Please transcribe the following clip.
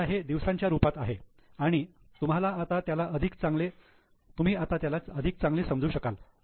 आता हे दिवसांच्या रूपात आहे आणि तुम्ही आता त्याला अधिक चांगले समजू शकाल